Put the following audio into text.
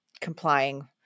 complying